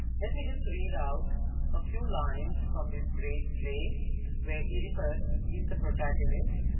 let me just read out a few lines from this great play where oedipus is the protagonist,